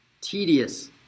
tedious